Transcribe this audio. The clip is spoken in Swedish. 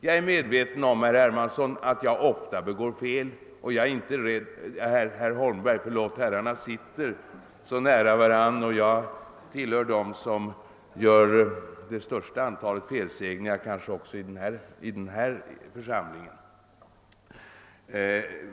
Jag är medveten om, herr Hermansson, att jag ofta begår fel — förlåt, jag menar herr Holmberg; herrarna sitter så nära varandra, och jag tillhör kanske också dem som gör det största antalet felsägningar i den här församlingen.